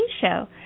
show